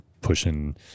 pushing